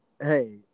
hey